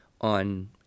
on